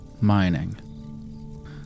mining